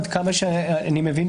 עד כמה שאני מבין,